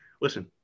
Listen